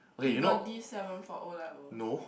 you got D-seven for O-levels